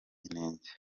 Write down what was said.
inenge